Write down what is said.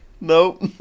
Nope